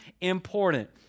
important